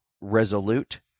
resolute